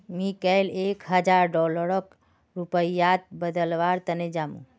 मी कैल एक हजार डॉलरक रुपयात बदलवार तने जामु